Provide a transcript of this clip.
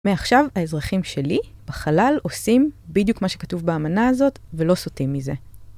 מעכשיו האזרחים שלי בחלל עושים בדיוק מה שכתוב באמנה הזאת ולא סותים מזה.